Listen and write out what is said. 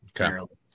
Okay